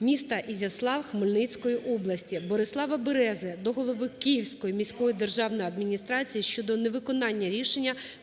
міста Ізяслав Хмельницької області. Борислава Берези до голови Київської міської державної адміністрації щодо невиконання Рішення